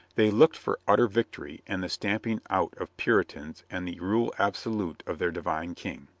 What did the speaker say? they looked for utter victory and the stamping out of puritans and the rule absolute of their divine king.